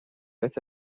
with